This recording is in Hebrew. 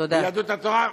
עם יהדות התורה.